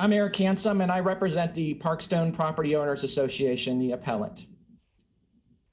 american some and i represent the parks down property owners association the appellant